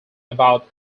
about